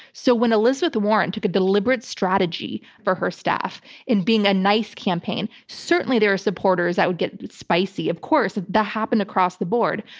so when elizabeth warren took a deliberate strategy for her staff in being a nice campaign, certainly there are supporters that would get spicy of course. that happened across the board.